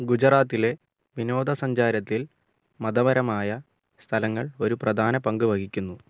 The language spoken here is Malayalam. ഗുജറാത്തിലെ വിനോദസഞ്ചാരത്തിൽ മതപരമായ സ്ഥലങ്ങൾ ഒരു പ്രധാന പങ്ക് വഹിക്കുന്നു